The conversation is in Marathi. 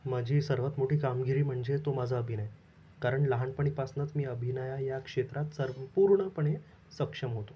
माझी सर्वात मोठी कामगिरी म्हणजे तो माझा अभिनय कारण लहानपणीपासनंच मी अभिनय या क्षेत्रात सर्व पूर्णपणे सक्षम होतो